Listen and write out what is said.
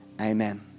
amen